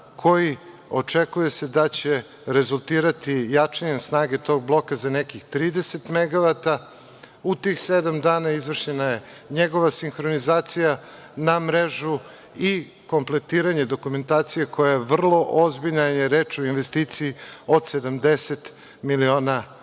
koji se očekuje da će rezultirati jačanjem snage tog bloka za nekih 30 megavata. U tih sedam dana je izvršena njegova sinhronizacija na mrežu i kompletiranje dokumentacije koja je vrlo ozbiljna, jer je reč o investiciji od 70 miliona